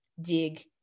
dig